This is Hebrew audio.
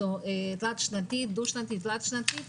לחזור,